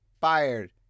fired